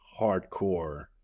hardcore